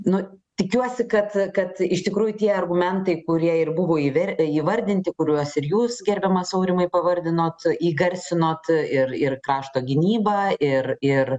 nu tikiuosi kad kad iš tikrųjų tie argumentai kurie ir buvo įver įvardinti kuriuos ir jūs gerbiamas aurimai pavardinot įgarsinot ir ir krašto gynybą ir ir